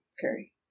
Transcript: curry